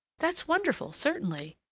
that's wonderful, certainly!